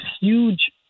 huge